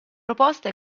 proposta